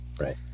Right